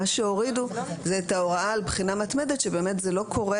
מה שהורידו זה את ההוראה על בחינה מתמדת שבאמת זה לא קורה